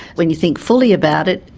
when you think fully about it,